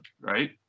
right